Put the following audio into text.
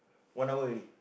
one hour already